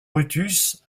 brutus